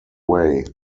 way